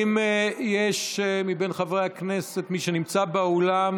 האם יש מבין חברי הכנסת מי שנמצא באולם,